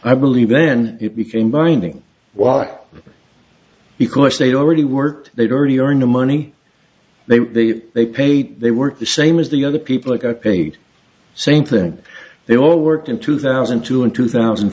i believe then it became binding why because they'd already worked they'd already earned the money they say they paid they were the same as the other people i paid same thing they all worked in two thousand and two and two thousand